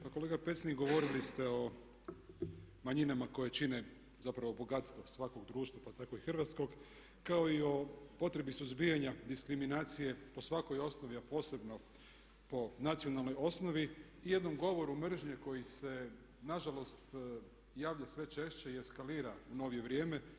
Pa kolega Pecnik govorili ste o manjinama koje čine zapravo bogatstvo svakog društva pa tako i hrvatskog kao i o potrebi suzbijanja diskriminacije po svakoj osnovi a posebno po nacionalnoj osnovi i jednom govoru mržnje koji se nažalost javlja sve češće i eskalira u novije vrijeme.